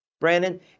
Brandon